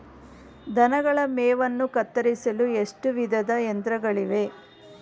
ದನಗಳ ಮೇವನ್ನು ಕತ್ತರಿಸಲು ಎಷ್ಟು ವಿಧದ ಯಂತ್ರಗಳಿವೆ?